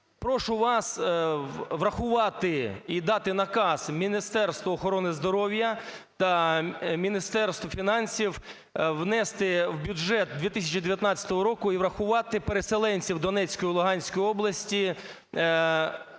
прошу вас врахувати і дати наказ Міністерству охорони здоров'я та Міністерству фінансів внести в бюджет 2019 року і врахувати переселенців Донецької і Луганської області,